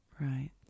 Right